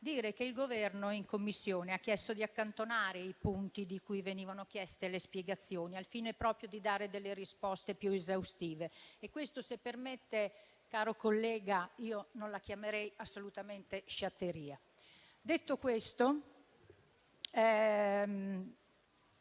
dire che il Governo in Commissione ha chiesto di accantonare i punti su cui venivano chieste spiegazioni, al fine proprio di dare risposte più esaustive: e questa, se me lo permette, caro collega, non la chiamerei assolutamente sciatteria. Detto ciò,